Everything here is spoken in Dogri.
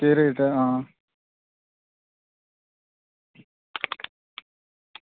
केह् रेट ऐ आं